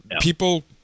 People